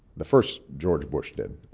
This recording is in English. the first george bush did.